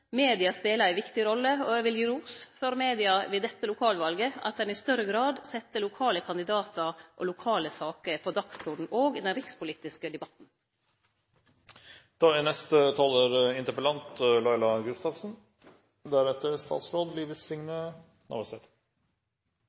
eg vil gi ros til media ved dette lokalvalet for at ein i større grad sette lokale kandidatar og lokale saker på dagsordenen òg i den rikspolitiske